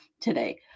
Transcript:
today